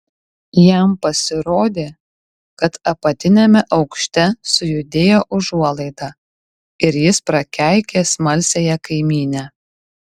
jam pasirodė kad apatiniame aukšte sujudėjo užuolaida ir jis prakeikė smalsiąją kaimynę